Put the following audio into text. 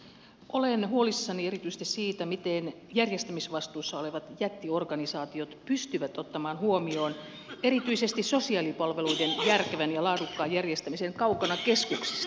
olen huolissani erityisesti siitä miten järjestämisvastuussa olevat jättiorganisaatiot pystyvät ottamaan huomioon erityisesti sosiaalipalveluiden järkevän ja laadukkaan järjestämisen kaukana keskuksista